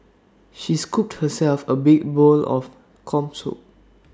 she scooped herself A big bowl of Corn Soup